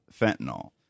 fentanyl